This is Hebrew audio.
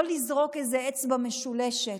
לא לזרוק איזה אצבע משולשת,